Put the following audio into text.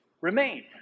remain